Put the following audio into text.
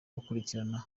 gukurikirana